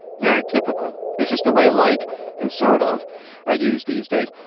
very typical. this is the way like in sort of are used these days.